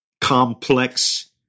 complex